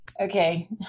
Okay